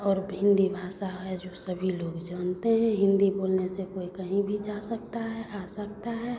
और हिन्दी भाषा है जो सभी लोग जानते हैं हिन्दी बोलने से कोई कहीं भी जा सकता है आ सकता है